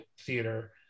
theater